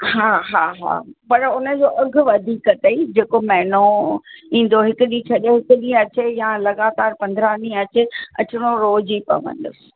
हा हा हा पर हुनजो अघि वधीक तई जेको महीनो ईंदो हिक ॾींहं छॾे हिक ॾींहुं अचे यां लॻातारि पंद्रहं ॾीअं अचे अचिणो रोज ई पवंदसि